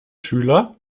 schüler